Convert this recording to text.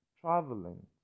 traveling